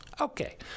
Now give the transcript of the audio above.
Okay